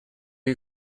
you